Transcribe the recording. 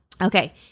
Okay